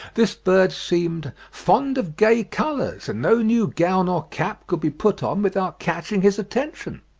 this bird seemed fond of gay colours, and no new gown or cap could be put on without catching his attention.